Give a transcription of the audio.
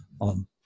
on